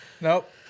nope